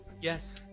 Yes